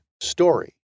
story